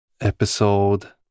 episode